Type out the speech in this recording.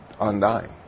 undying